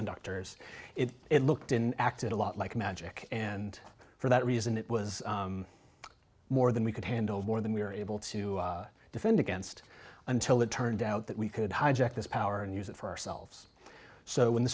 superconductors it looked in acted a lot like magic and for that reason it was more than we could handle more than we were able to defend against until it turned out that we could hijack this power and use it for ourselves so when the